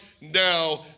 now